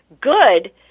good